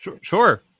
Sure